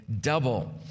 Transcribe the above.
double